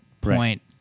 point